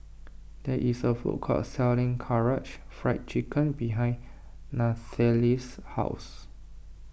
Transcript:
there is a food court selling Karaage Fried Chicken behind Nathaly's house